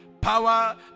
power